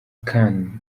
khan